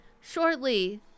shortly